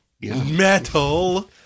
Metal